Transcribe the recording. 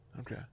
Okay